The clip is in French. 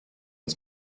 les